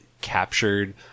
captured